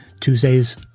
Tuesdays